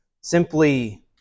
simply